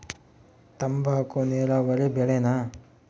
ತಂಬಾಕು ನೇರಾವರಿ ಬೆಳೆನಾ?